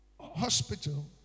hospital